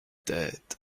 tête